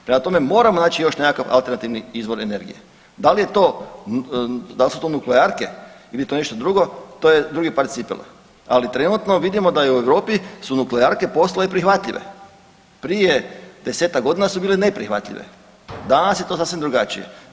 Prema tome, moramo naći još nekakav alternativni izvor energije, dal su to nuklearke il je to nešto drugo to je drugi par cipela, ali trenutno vidimo da i u Europi su nuklearke postale prihvatljive, prije 10-tak godina su bile neprihvatljive, danas je to sasvim drugačije.